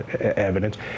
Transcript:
evidence